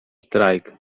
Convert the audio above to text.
strajk